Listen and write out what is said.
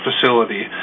facility